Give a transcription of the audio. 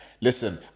listen